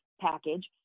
package